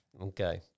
Okay